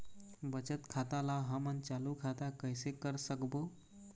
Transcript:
बचत खाता ला हमन चालू खाता कइसे कर सकबो?